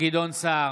גדעון סער,